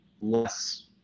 less